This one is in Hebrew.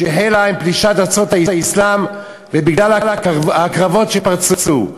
שהחלה עם פלישת ארצות האסלאם ובגלל הקרבות שפרצו.